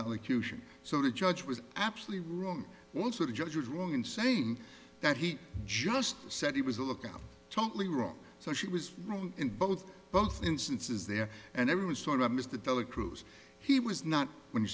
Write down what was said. elocution so the judge was absolutely wrong also the judge was wrong insane that he just said he was a lookout totally wrong so she was wrong in both both instances there and everyone sort of missed the dollar close he was not when you